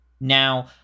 Now